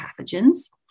pathogens